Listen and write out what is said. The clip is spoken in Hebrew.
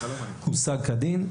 הוא הושג כדין.